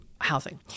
housing